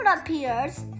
appears